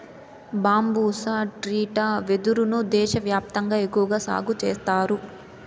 బంబూసా స్త్రిటా వెదురు ను దేశ వ్యాప్తంగా ఎక్కువగా సాగు చేత్తారు